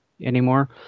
anymore